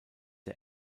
der